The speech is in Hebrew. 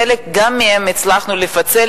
חלק גם מהם הצלחנו לפצל,